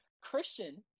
Christian